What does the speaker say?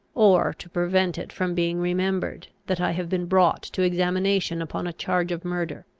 or to prevent it from being remembered that i have been brought to examination upon a charge of murder.